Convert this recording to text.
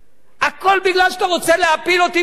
הכול מפני שאתה רוצה להפיל אותי מהשלטון,